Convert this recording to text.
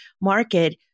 market